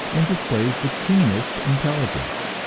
and displays the keenest intelligence.